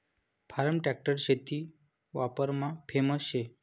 form tractor शेती वापरमा famous शे